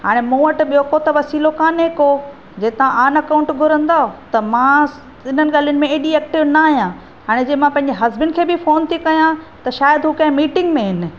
हाणे मूं वटि ॿियो कोइ त वसुलो कान्हे कोइ जेता ऑन अकाउंट घुरंदवि त मां इन्हनि ॻाल्हिनि में एॾी ऐक्टिव न आयां हाणे जे मां पंहिंजे हस्बैंड खे बि फोन थी क्या त शायदु हु कइ ॿी मीटिंग में इन